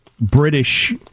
British